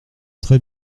très